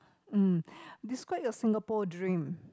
mm describe a Singapore dream